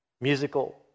musical